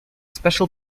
special